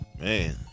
Man